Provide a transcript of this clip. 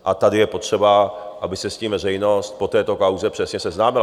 A tady je potřeba, aby se s tím veřejnost po této kauze přesně seznámila.